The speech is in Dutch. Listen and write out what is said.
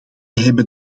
hebben